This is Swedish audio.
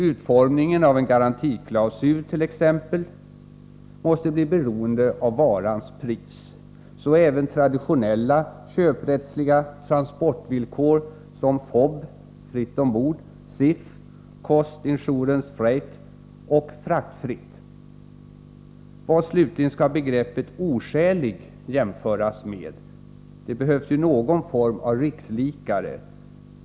Utformningen av t.ex. en garantiklausul måste bli beroende av varans pris, så även traditionella köprättsliga transportvillkor såsom fob , cif och fraktfritt. Vad slutligen skall begreppet ”oskälig” jämföras med? Det behövs ju någon form av rikslikare.